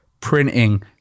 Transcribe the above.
printing